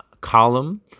column